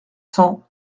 cents